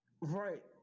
Right